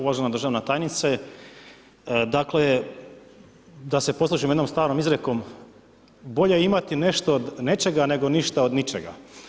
Uvažena državna tajnice, dakle da se poslužim jednom starom izrekom, bolje imati nešto od nečega nego ništa od ničega.